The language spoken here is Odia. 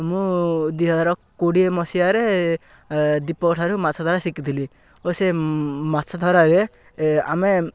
ମୁଁ ଦୁଇ ହଜାର କୋଡ଼ିଏ ମସିହାରେ ଦୀପକ ଠାରୁ ମାଛ ଧରା ଶିଖିଥିଲି ଓ ସେ ମାଛ ଧରାରେ ଆମେ